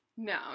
No